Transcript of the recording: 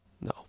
No